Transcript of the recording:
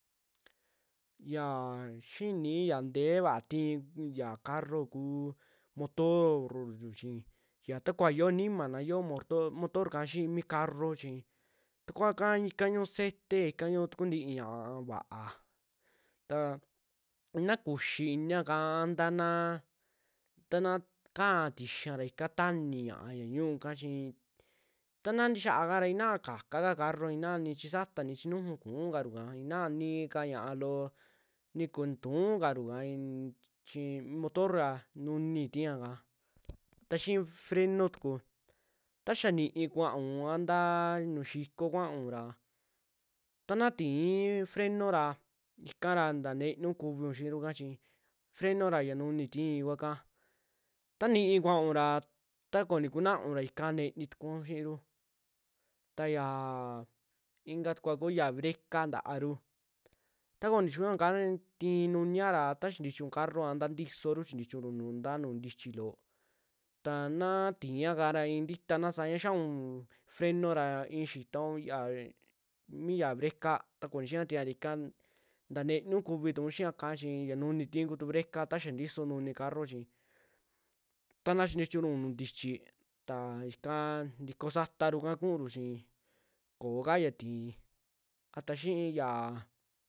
Yaa xiini ya ntee vaa ti'i ya carro kuu motor'ru chii xia takuvaa xioo nimana yoo moto motor ika xii mi carro chi tukuaka ika ñiu'u sete i'ika ñu'uu ta kuunti ñi'aa va'a, ta nakuxii ntii iniaka nataa naa tana kaa'a tixia ika taani ñia'a ya ñuu'u ika chi, tana ntixaaka ra inaa kaaka ka carro i'inaa ni chii sata, ni chi nuju kuukaru kaa inaa nii kaa ña'a loo ni kotu tu'uukaru in chi motor ra nunii tiia kaa, xii freno tuku ta xaa ni'i kuaun aa ntaa nu'u xikoo kuanra tanaa ti'ii freno ra ikara ntaa nteniun kuviun xiiruka chii, freno ra xaa nuni tii kua kaa, taa ni'i kuaun ra takoo nikunaun ra ika ntenitukun xiiru, ta yaa ikatukua ku yaa breca ntaaru ta koichiñuaka tii nuniara taa chintichiun carro a taa ntisooru chintichiunru ntaa nu'u ntichi loo, ta naa ti'iaka ra i'in tita na sañaa xiaaun freno ra i'i xitaun ya- mia breca ta koo nixia tiara ika ta'a nteniun kuvitun xiiyaka, chi yaa nuni tii kutu breca taxaa ntisoo nuni carro chi, taa na chintichiunru nu'uu ntichi taa ikaa ntikoo saataruka kuuru chi ko'okaya tii a ta xii yaa.